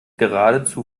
geradezu